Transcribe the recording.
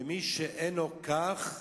ומי שאינו כך,